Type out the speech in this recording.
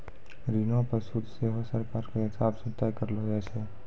ऋणो पे सूद सेहो सरकारो के हिसाब से तय करलो जाय छै